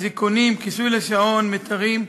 אזיקונים, כיסוי לשעון, מיתרים,